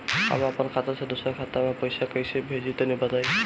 हम आपन खाता से दोसरा के खाता मे पईसा कइसे भेजि तनि बताईं?